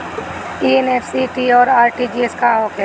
ई एन.ई.एफ.टी और आर.टी.जी.एस का होखे ला?